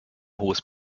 hohes